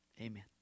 Amen